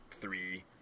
three